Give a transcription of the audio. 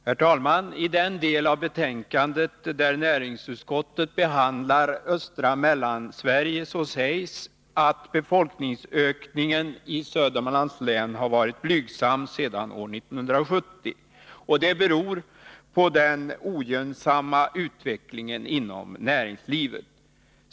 Herr talman! I den del av näringsutskottets betänkande som behandlar östra Mellansverige sägs att befolkningsökningen i Södermanlands län har varit blygsam sedan år 1970. Det beror på den ogynnsamma utvecklingen inom näringslivet.